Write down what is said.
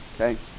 okay